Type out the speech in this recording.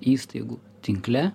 įstaigų tinkle